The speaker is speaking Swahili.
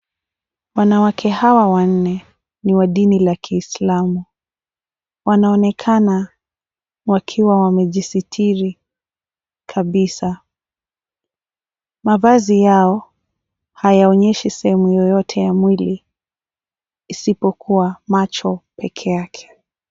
Wanawake hawa wanne ni wa dini la kiislamu, wanaonekana wakiwa wamejisitiri kabisa, mavazi yao hayaonyeshi sehemu yoyote ya mwili isipokua macho peke yake.